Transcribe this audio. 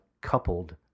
coupled